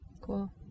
Cool